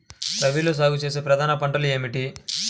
రబీలో సాగు చేసే ప్రధాన పంటలు ఏమిటి?